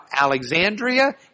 Alexandria